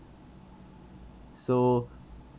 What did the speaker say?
so